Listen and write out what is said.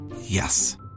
Yes